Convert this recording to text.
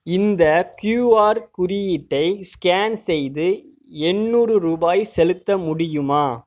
இந்த கியூஆர் குறியீட்டை ஸ்கேன் செய்து எண்ணூறு ரூபாய் செலுத்த முடியுமா